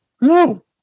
No